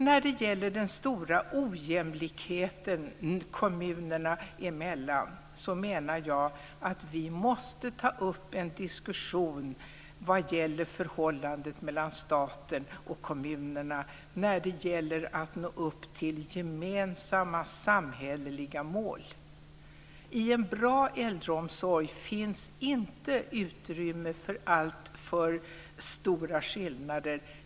När det gäller den stora ojämlikheten kommunerna emellan menar jag att vi måste ta upp en diskussion vad gäller förhållandet mellan staten och kommunerna när det gäller att nå upp till gemensamma samhälleliga mål. I en bra äldreomsorg finns inte utrymme för alltför stora skillnader.